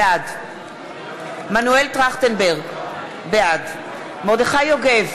בעד מנואל טרכטנברג, בעד מרדכי יוגב,